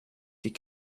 die